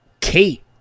Kate